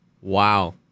Wow